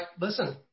listen